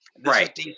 right